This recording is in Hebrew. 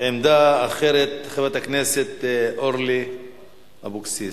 עמדה אחרת, חברת הכנסת אורלי אבקסיס,